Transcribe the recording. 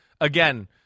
again